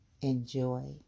Enjoy